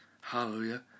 Hallelujah